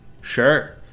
Sure